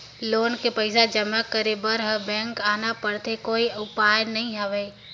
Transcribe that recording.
Loan के पईसा जमा करे बर हर बार बैंक आना पड़थे कोई अउ उपाय नइ हवय?